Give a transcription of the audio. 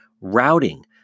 routing